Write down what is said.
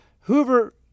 Hoover